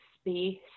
space